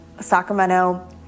Sacramento